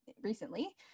recently